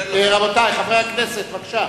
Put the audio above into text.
רבותי חברי הכנסת, בבקשה.